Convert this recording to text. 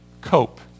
cope